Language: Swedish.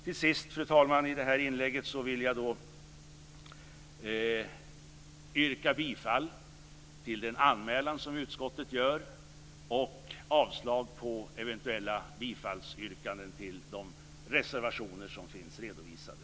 Till sist, fru talman, yrkar jag på godkännande av den anmälan som utskottet gör och avslag på de eventuella bifallsyrkanden till anmälningar i de reservationer som finns redovisade.